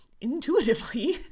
intuitively